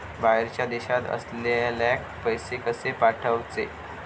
बाहेरच्या देशात असलेल्याक पैसे कसे पाठवचे?